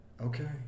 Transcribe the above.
okay